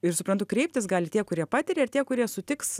ir suprantu kreiptis gali tie kurie patiria ir tie kurie sutiks